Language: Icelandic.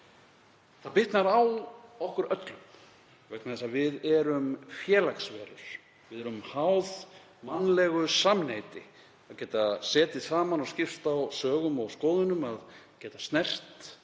Það bitnar á okkur öllum vegna þess að við erum félagsverur. Við erum háð mannlegu samneyti, að geta setið saman, skipst á sögum og skoðunum, snert,